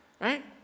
right